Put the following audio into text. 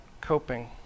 coping